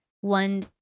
one